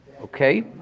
Okay